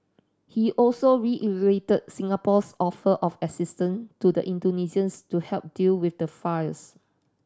he also reiterated Singapore's offer of assistance to the Indonesians to help deal with the fires